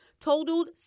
totaled